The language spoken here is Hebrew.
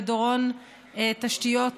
לדורון תשתית,